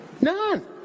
None